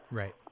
right